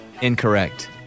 Incorrect